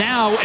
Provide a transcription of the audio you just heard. Now